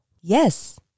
Yes